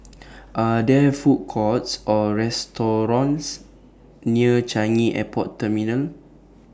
Are There Food Courts Or restaurants near Changi Airport Terminal